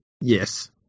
Yes